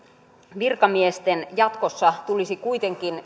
virkamiesten jatkossa tulisi kuitenkin